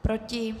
Proti?